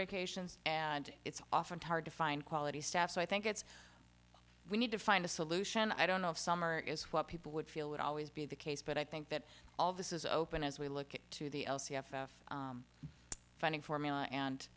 vacations and it's often hard to find quality staff so i think it's we need to find a solution i don't know if summer is what people would feel would always be the case but i think that all of this is open as we look to the l c f funding formula and